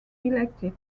elected